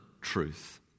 truth